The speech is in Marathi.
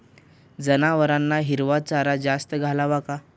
जनावरांना हिरवा चारा जास्त घालावा का?